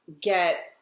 get